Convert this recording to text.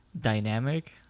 dynamic